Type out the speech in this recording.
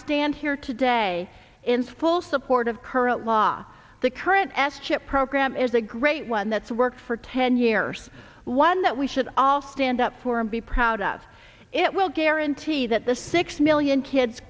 stand here today in full support of current law the current s chip program is a great one that's worked for ten years one that we should all stand up for and be proud of it will guarantee that the six million kids